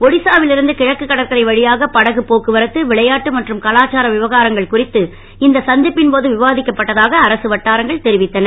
ஒடிசாவில் இருந்து கிழக்கு கடற்கரை வழியாகப் படகுப் போக்குவரத்து விளையாட்டு மற்றும் கலாச்சார விவகாரங்கள் குறித்து இன்று சந்திக்கும்போது விவாதிக்கப்பட்டதாக அரசு வட்டாரங்கள் தெரிவித்தன